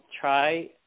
try